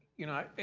you know,